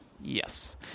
Yes